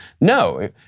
No